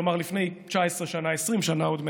כלומר, לפני 19 שנה, 20 שנה עוד מעט,